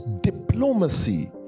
diplomacy